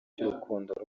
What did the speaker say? cy’urukundo